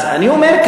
אז אני אומר,